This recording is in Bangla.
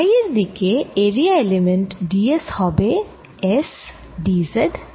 তাই ফাই এর দিকে এরিয়া এলিমেন্ট d s হবে S d z d phi